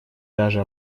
даже